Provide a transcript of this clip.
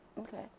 okay